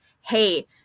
hey